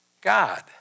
God